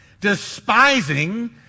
despising